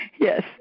Yes